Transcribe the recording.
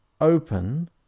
open